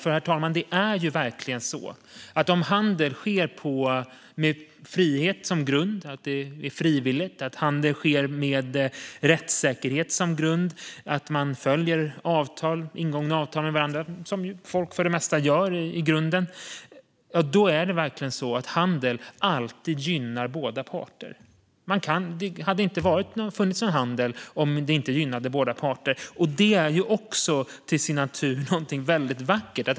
Det är verkligen så, herr talman, att om handel sker med frihet som grund, är frivillig och följer ingångna avtal - vilket folk för det mesta gör i grunden - ja, då är det verkligen så att handel alltid gynnar båda parter. Det hade inte funnits någon handel om det inte gynnade båda parter. Att handel är någonting överskridande är till sin natur någonting väldigt vackert.